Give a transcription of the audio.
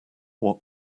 what